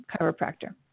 chiropractor